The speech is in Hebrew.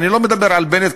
אני לא מדבר על בנט,